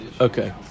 Okay